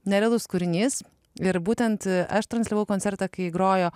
nerealus kūrinys ir būtent aš transliavau koncertą kai grojo